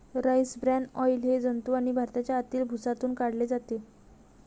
rice bran oil हे जंतू आणि भाताच्या आतील भुसातून काढले जाते